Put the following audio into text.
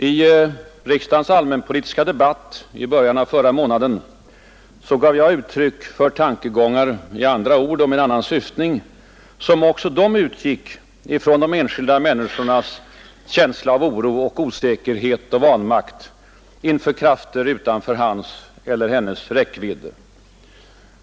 I riksdagens allmänpolitiska debatt i början av förra månaden gav jag uttryck för tankegångar — i andra ord och med en annan syftning — som också de utgick från den enskilda människans känsla av oro, osäkerhet och vanmakt inför krafter utanför hans eller hennes räckvidd.